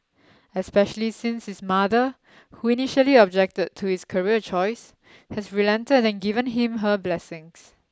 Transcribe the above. especially since his mother who initially objected to his career choice has relented and given him her blessings